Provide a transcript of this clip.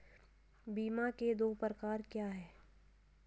बीमा के दो प्रकार क्या हैं?